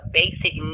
basic